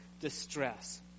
distress